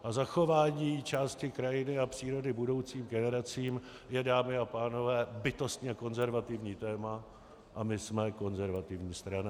A zachování části krajiny a přírody budoucím generacím je, dámy a pánové, bytostně konzervativní téma, a my jsme konzervativní strana.